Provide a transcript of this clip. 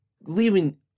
leaving